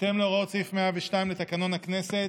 בהתאם להוראות סעיף 102 לתקנון הכנסת,